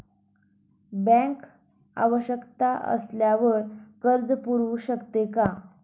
Bank आवश्यकता असल्यावर कर्ज पुरवू शकते का?